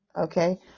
okay